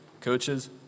coaches